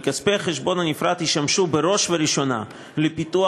כי כספי החשבון הנפרד ישמשו בראש ובראשונה לפיתוח,